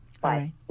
Bye